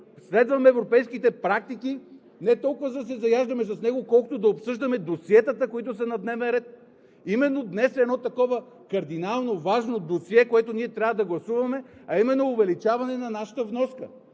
следваме европейските практики – не толкова, за да се заяждаме с него, колкото да обсъждаме досиетата, които са на дневен ред. Днес е едно такова кардинално, важно досие, което ние трябва да гласуваме, а именно увеличаване на нашата вноска.